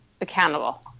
accountable